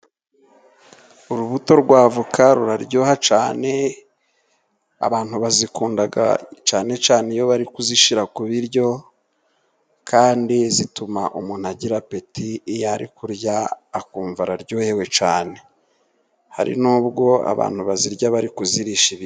Urubuto rwa avoka ruraryoha cyane, abantu bazikunda cyane cyane iyo bari kuzishira ku biryo, kandi zituma umuntu agira apeti, iyo ari kurya akumva araryohewe cyane. Hari n'ubwo abantu bazirya bari kuzirisha ibi.